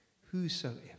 Whosoever